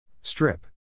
Strip